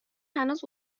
هنوز